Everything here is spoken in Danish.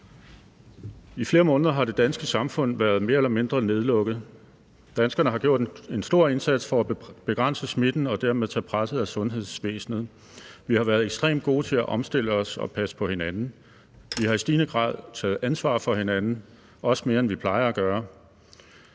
I flere måneder har det danske samfund været mere eller mindre nedlukket. Danskerne har gjort en stor indsats for at begrænse smitten og dermed tage presset af sundhedsvæsenet. Vi har været ekstremt gode til at omstille os og passe på hinanden. Vi har i stigende grad taget ansvar for hinanden, også mere end vi plejer at gøre.